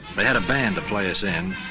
they had a band to play us in,